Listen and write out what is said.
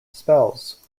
spells